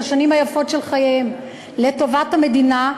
את השנים היפות של חייהם לטובת המדינה,